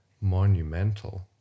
monumental